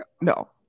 no